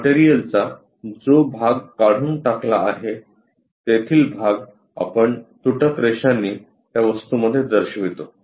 मटेरियलचा जो भाग काढून टाकला आहे तेथील भाग आपण तुटक रेषांनी त्या वस्तूमध्ये दर्शवितो